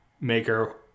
maker